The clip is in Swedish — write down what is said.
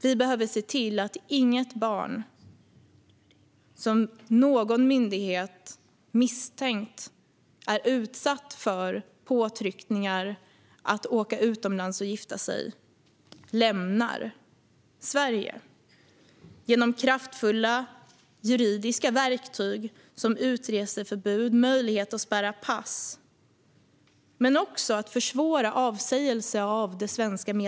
Vi behöver se till att inget barn som av någon myndighet misstänkts vara utsatt för påtryckningar att åka utomlands och gifta sig lämnar Sverige. Sverige kan göra ännu mer för att garantera de rättigheter som vi har stridit för att alla barn i hela världen ska ha.